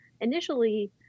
initially